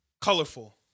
colorful